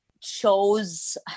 chose